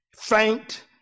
faint